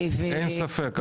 אין ספק.